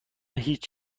هیچ